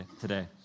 today